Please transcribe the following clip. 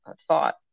thought